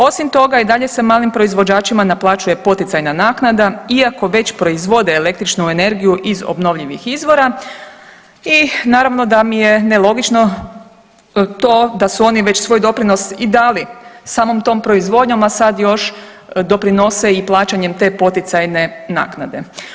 Osim toga i dalje se malim proizvođačima naplaćuje poticajna naknada iako već proizvode električnu energiju iz obnovljivih izvora i naravno da mi je nelogično to da su oni već svoj doprinos i dali samom tom proizvodnjom, a sad još doprinose i plaćanjem te poticajne naknade.